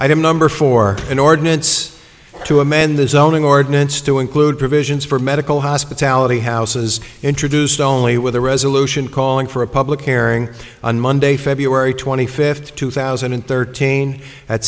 did number four an ordinance to amend the zoning ordinance to include provisions for medical hospitality houses introduced only with a resolution calling for a public airing on monday february twenty fifth two thousand and thirteen at